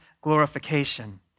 glorification